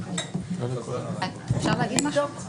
לא נתבקשנו להביא נתונים מסוימים לדיון הזה.